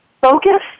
focus